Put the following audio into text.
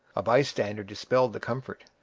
a bystander dispelled the comfort.